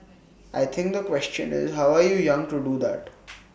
I think the question is how are you young to do that